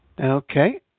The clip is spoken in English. Okay